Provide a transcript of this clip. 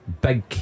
big